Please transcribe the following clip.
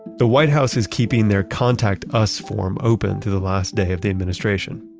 the white house is keeping their contact us form open to the last day of the administration,